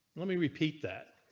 let me repeat that.